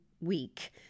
week